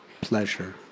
pleasure